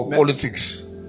politics